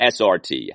SRT